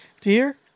dear